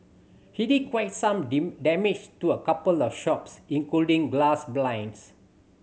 he did quite some damage to a couple of shops including glass blinds